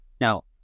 Now